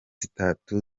zitatu